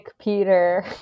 peter